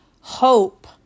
hope